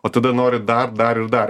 o tada nori dar dar ir dar